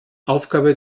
aufgabe